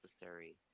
necessary